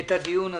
את הדיון הזה.